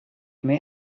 may